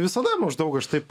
visada maždaug aš taip